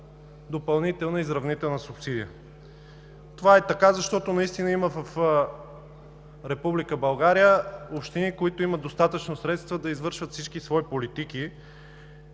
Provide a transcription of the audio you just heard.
допълнителна изравнителна субсидия. Това е така, защото наистина в Република България има общини, които имат достатъчно средства да извършват всички свои политики,